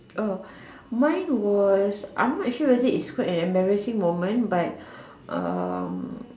oh mine was I'm not sure whether it's called an embarrassing moment but um